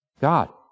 God